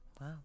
Wow